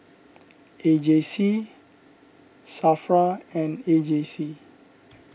A J C Safra and A J C